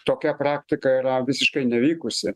tokia praktika yra visiškai nevykusi